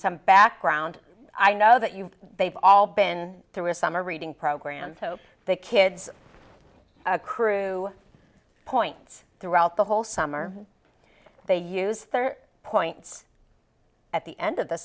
some background i know that you they've all been through a summer reading programs hope the kids crew points throughout the whole summer they use their points at the end of the